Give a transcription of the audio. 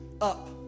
up